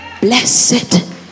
blessed